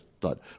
thought